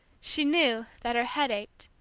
she knew that her head ached,